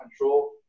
control